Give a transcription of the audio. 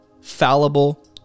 fallible